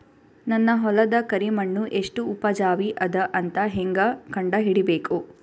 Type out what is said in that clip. ನನ್ನ ಹೊಲದ ಕರಿ ಮಣ್ಣು ಎಷ್ಟು ಉಪಜಾವಿ ಅದ ಅಂತ ಹೇಂಗ ಕಂಡ ಹಿಡಿಬೇಕು?